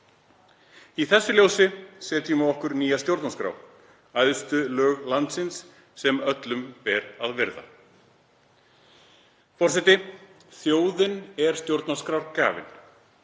Í þessu ljósi setjum við okkur nýja stjórnarskrá, æðstu lög landsins, sem öllum ber að virða.“ Forseti. Þjóðin er stjórnarskrárgjafinn.